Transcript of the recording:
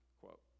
quote